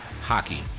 hockey